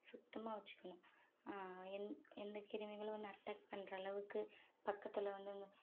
சுத்தமாக வச்சுக்கணும் எந்த் எந்த கிருமிகளும் வந்து அட்டேக் பண்ற அளவுக்கு பக்கத்தில் வந்து